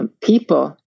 people